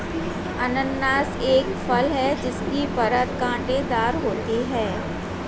अनन्नास एक फल है जिसकी परत कांटेदार होती है